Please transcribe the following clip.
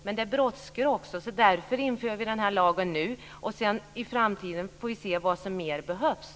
Men det brådskar, så därför inför vi den här lagen nu. Sedan får vi i framtiden se vad som mer behövs.